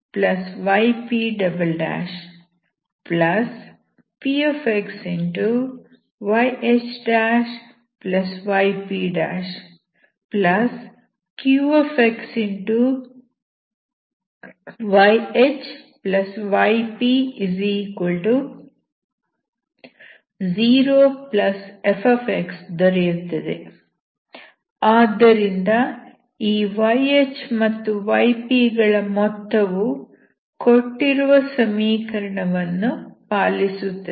ಆದ್ದರಿಂದ ಈ yH ಮತ್ತು yp ಗಳ ಮೊತ್ತವು ಕೊಟ್ಟಿರುವ ಸಮೀಕರಣವನ್ನು ಪಾಲಿಸುತ್ತದೆ